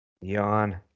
Yawn